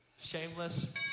Shameless